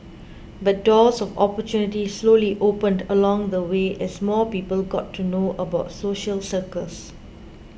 but doors of opportunity slowly opened along the way as more people got to know about social circus